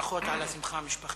שלום, ברכות על השמחה המשפחתית.